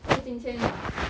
所以今天 must